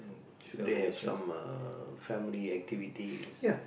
should they have some uh family activities